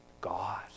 God